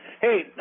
Hey